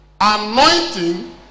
anointing